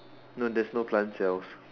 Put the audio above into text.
no there is no plant cells